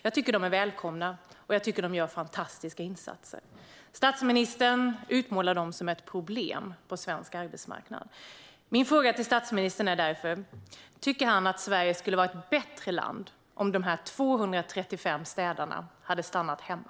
Jag tycker att de är välkomna, och jag tycker att de gör fantastiska insatser. Statsministern utmålar dem som ett problem på svensk arbetsmarknad. Min fråga till statsministern är därför: Tycker han att Sverige skulle vara ett bättre land om de här 235 städarna hade stannat hemma?